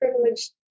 privileged